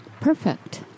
Perfect